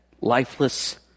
lifeless